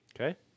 Okay